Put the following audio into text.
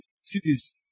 cities